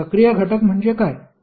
तर सक्रिय घटक म्हणजे काय